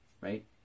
Right